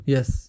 Yes